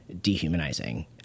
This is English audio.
dehumanizing